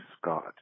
Scott